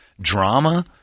drama